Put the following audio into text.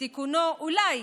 ותיקונו אולי